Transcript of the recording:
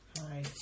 Hi